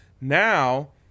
Now